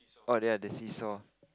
oh ya the see saw